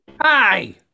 Hi